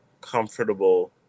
comfortable